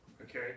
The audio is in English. Okay